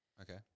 Okay